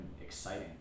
exciting